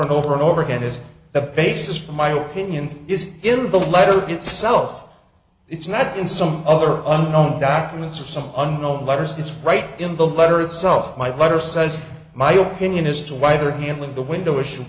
and over and over again is the basis for my opinions is in the letter itself it's not in some other unknown documents or some unknown letters it's right in the letter itself my letter says my opinion as to why they're handling the window issue